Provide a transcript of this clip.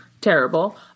terrible